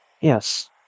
Yes